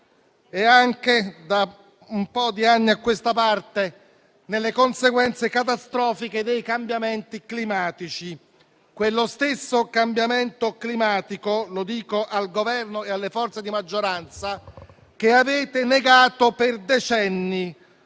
e, da un po' di anni a questa parte, anche nelle conseguenze catastrofiche dei cambiamenti climatici. Quello stesso cambiamento climatico - lo dico al Governo e alle forze di maggioranza - che avete negato per decenni,